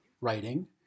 writing